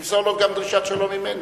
שימסור לו גם דרישת שלום ממני.